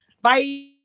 Bye